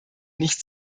nicht